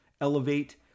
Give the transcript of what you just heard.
elevate